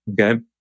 Okay